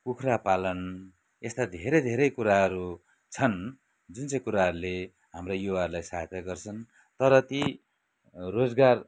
कुखरा पालन यस्ता धेरै धेरै कुराहरू छन् जुन चाहिँ कुराहरूले हाम्रा युवाहरूलाई सहायता गर्छन् तर ती रोजगार